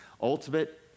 ultimate